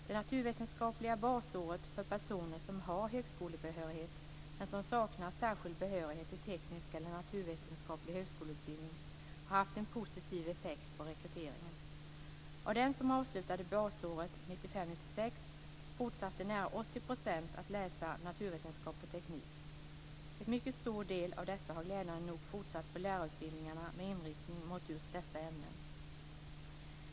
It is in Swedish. Det naturvetenskapliga basåret för personer som har högskolebehörighet men som saknar särskild behörighet till teknisk eller naturvetenskaplig högskoleutbildning har haft en positiv effekt på rekryteringen. 80 % att läsa naturvetenskap och teknik. En mycket stor del av dessa har glädjande nog fortsatt på lärarutbildningarna med inriktning mot just dessa ämnen.